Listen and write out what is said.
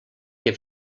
que